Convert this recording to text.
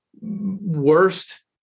worst